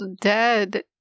dead